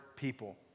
People